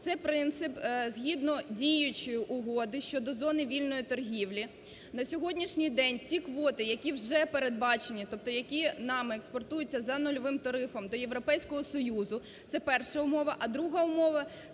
Це принцип згідно діючої Угоди щодо зони вільної торгівлі. На сьогоднішній день ці квоти, які вже передбачені, тобто які нами експортуються за нульовим тарифом та Європейського Союзу це перша умова. А друга умова,